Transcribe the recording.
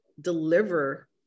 deliver